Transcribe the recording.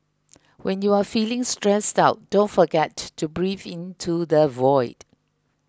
when you are feeling stressed out don't forget to breathe into the void